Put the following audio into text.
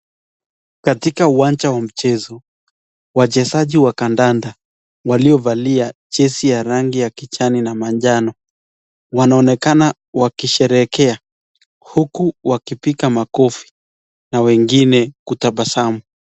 Katika uwaja wa mchezo, wachezaji wa kandanda waliovalia jezi ya rangi ya kijani na manjano wanaonekana wakisherekea huku wakipiga makofi na wengine kutabasamu.